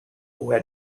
who